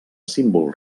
símbol